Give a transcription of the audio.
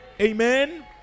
Amen